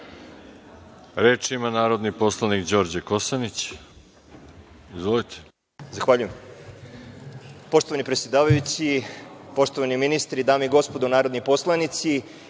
Reč ima narodni poslanik Đorđe Kosanić. **Đorđe